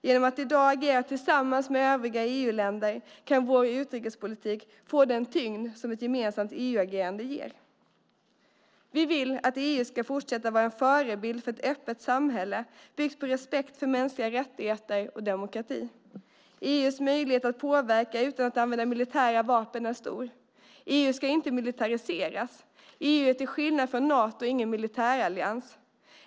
Genom att i dag agera tillsammans med övriga EU-länder kan vår utrikespolitik få den tyngd som ett gemensamt EU-agerande ger. Vi vill att EU ska fortsätta att vara en förebild för ett öppet samhälle byggt på respekt för mänskliga rättigheter och demokrati. EU:s möjlighet att påverka utan att använda militära vapen är stor. EU ska inte militariseras. EU är till skillnad från Nato ingen militärallians.